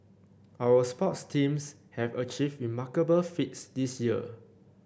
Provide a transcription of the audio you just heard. our sports teams have achieved remarkable feats this year